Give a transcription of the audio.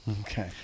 Okay